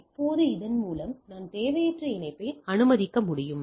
இப்போது இதன் மூலம் நான் தேவையற்ற இணைப்பை அனுமதிக்க முடியும்